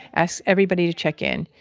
asks everybody to check in,